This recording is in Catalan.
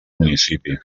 municipi